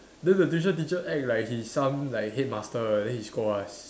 then the tuition teacher act like he some like headmaster then he scold us